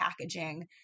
packaging